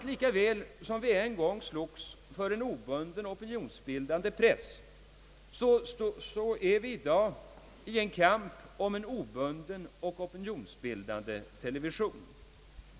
Lika väl som vi en gång slogs för en obunden opinionsbildande press kämpar vi i dag om en obunden opinionsbildande television.